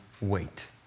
wait